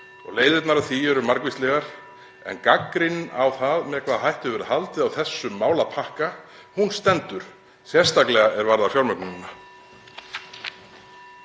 Leiðirnar að því eru margvíslegar en gagnrýnin á það með hvaða hætti hefur verið haldið á þessu málapakka stendur, sérstaklega er varðar fjármögnunina.